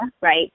right